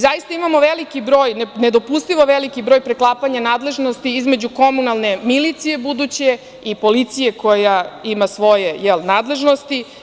Zaista imamo veliki broj, nedopustivo veliki broj preklapanja nadležnosti između komunalne milicije buduće i policije koja ima svoje nadležnosti.